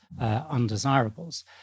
undesirables